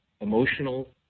emotional